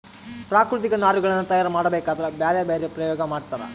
ಪ್ರಾಕೃತಿಕ ನಾರಿನಗುಳ್ನ ತಯಾರ ಮಾಡಬೇಕದ್ರಾ ಬ್ಯರೆ ಬ್ಯರೆ ಪ್ರಯೋಗ ಮಾಡ್ತರ